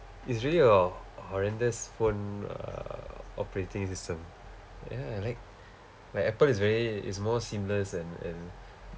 is really a horrendous phone err operating system ya like like Apple is way is more seamless and and